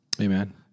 Amen